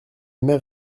mère